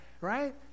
right